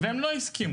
-- והם לא הסכימו.